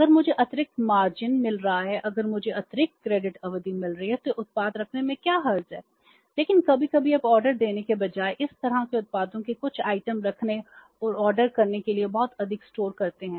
अगर मुझे अतिरिक्त मार्जिन रखने और ऑर्डर करने के लिए बहुत अधिक स्टोर करते हैं